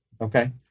Okay